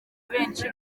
benshi